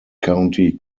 county